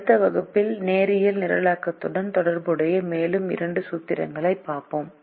அடுத்த வகுப்பில் நேரியல் நிரலாக்கத்துடன் தொடர்புடைய மேலும் இரண்டு சூத்திரங்களைப் பார்ப்போம்